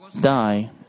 die